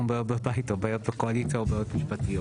כמו בעיות בבית או בעיות בקואליציה או בעיות משפטיות'.